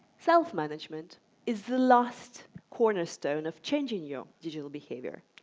self-management is the last cornerstone of changing your digital behaviour,